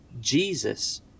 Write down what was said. Jesus